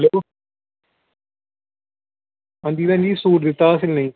hello आं जी आं जी सूट दित्ता हा सीने गी